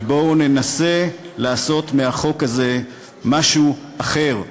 ובואו ננסה לעשות מהחוק הזה משהו אחר,